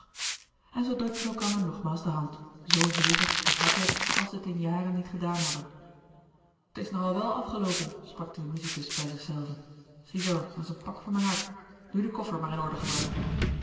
en zij drukten elkander nogmaals de hand zoo hevig en hartelijk als zij het in jaren niet gedaan hadden t is nog al wel afgeloopen sprak de musicus bij zich zelven zie zoo dat is een pak van mijn hart nu de koffer maar in orde gebracht